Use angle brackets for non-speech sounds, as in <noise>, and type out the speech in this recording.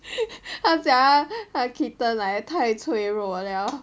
<laughs> 他讲他的 kitten like 太脆弱了